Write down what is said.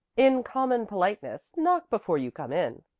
in common politeness, knock before you come in.